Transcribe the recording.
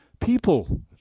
people